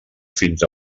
fins